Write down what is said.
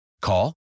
Call